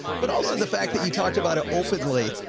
but also the fact that you talked about it openly,